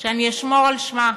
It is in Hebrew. שאני אשמור על שמה.